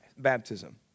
baptism